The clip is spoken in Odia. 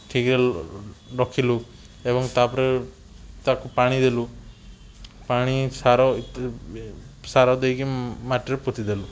ଠିକ୍ରେ ରଖିଲୁ ଏବଂ ତା'ପରେ ତାକୁ ପାଣିଦେଲୁ ପାଣି ସାର ସାର ଦେଇକି ମାଟିରେ ପୋତିଦେଲୁ